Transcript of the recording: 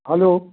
hello